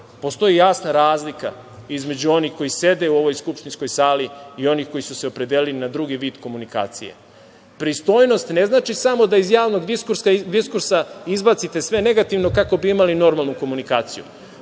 Postoji jasna razlika između onih koji sede u ovoj skupštinskoj sali i onih koji su se opredelili na drugi vid komunikacije. Pristojnost ne znači samo da iz javnog diskursa izbacite sve negativno kako bi imali normalnu komunikaciju.